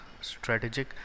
strategic